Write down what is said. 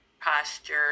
posture